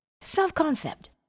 Self-concept